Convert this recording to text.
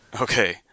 Okay